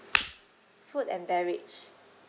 food and beverage